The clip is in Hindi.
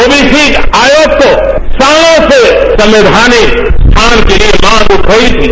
ओबीसी आयोग को सालो से संवैघानिक स्थान के लिए मांग उठ रही थी